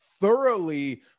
thoroughly